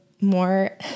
more